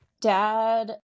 dad